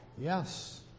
Yes